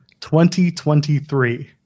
2023